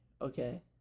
okay